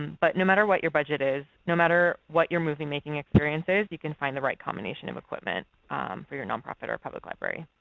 but no matter what your budget is, no matter what your movie making experience is, you can find the right combination of equipment for your nonprofit or public library.